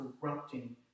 corrupting